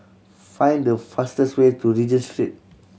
find the fastest way to Regent Street